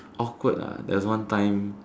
awkward ah there was one time